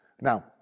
Now